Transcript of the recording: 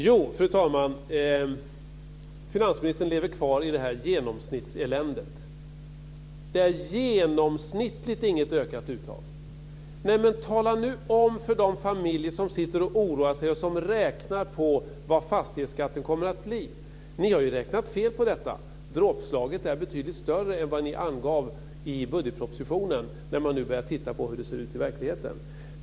Fru talman! Finansministern lever kvar i det här genomsnittseländet. Det är genomsnittligt inget ökat uttag, säger han. Men tala nu om vad fastighetsskatten kommer att bli för de familjer som sitter och oroar sig och som räknar på detta! Ni har ju räknat fel på detta. När man nu börjar titta på hur det ser ut i verkligheten kan man se att dråpslaget är betydligt större än vad ni angav i budgetpropositionen.